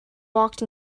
walked